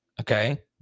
Okay